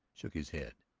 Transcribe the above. shook his head.